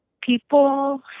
people